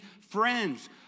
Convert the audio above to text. friends